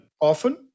often